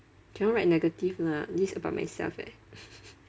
cannot write negative lah this is about myself eh